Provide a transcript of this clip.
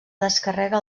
descarrega